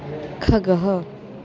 खगः